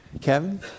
Kevin